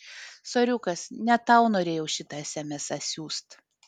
soriukas ne tau norėjau šitą esemesą siųst